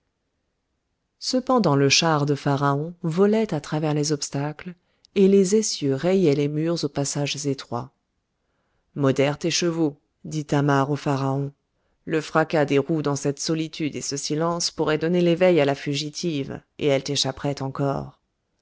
cependant le char de pharaon volait à travers les obstacles et les essieux rayaient les murs aux passages étroits modère tes chevaux dit thamar au pharaon le fracas des roues dans cette solitude et ce silence pourrait donner l'éveil à la fugitive et elle t'échapperait encore